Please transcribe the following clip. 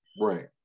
Right